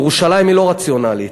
ירושלים היא לא רציונלית,